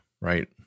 right